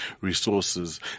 resources